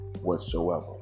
whatsoever